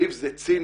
זיו, זה ציני,